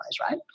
right